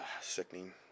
sickening